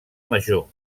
major